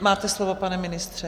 Máte slovo, pane ministře.